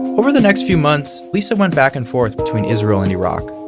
over the next few months, lisa went back and forth between israel and iraq.